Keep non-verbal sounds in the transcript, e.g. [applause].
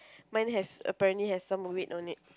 [breath] mine has apparently has some of it no need